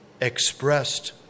expressed